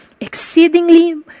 exceedingly